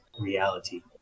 Reality